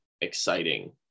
exciting